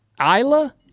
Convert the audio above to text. Isla